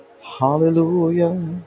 Hallelujah